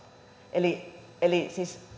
eli eli